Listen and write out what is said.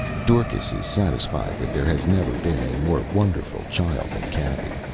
dorcas is satisfied that there has never been a more wonderful child than cathy.